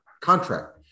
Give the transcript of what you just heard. contract